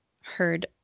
heard